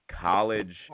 college